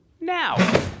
now